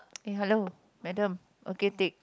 eh hello madam okay tick